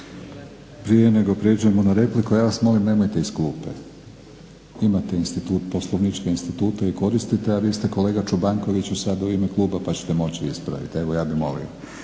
Prije nego prijeđem na repliku, ja vas molim nemojte iz klupe. Imate poslovničke institute i koristite a vi ste kolega Čobankoviću sad u ime kluba pa ćete moći ispraviti. Evo ja bih molio.